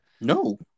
no